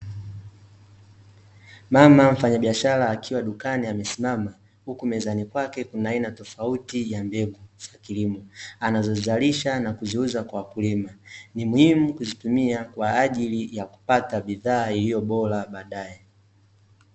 Mama mfanya biashara akiwa dukani amesimama, huku mezani kwake, kuna aina tofauti ya mbegu za kilimo, anazozalisha na kuziuza kwa wakulima. ni muhimu kuzitumia , kwaajili ya kupata bidhaaa iliyo bora baadae.